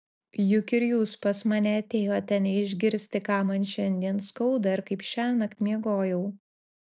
juk ir jūs pas mane atėjote ne išgirsti ką man šiandien skauda ir kaip šiąnakt miegojau